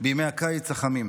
בימי הקיץ החמים.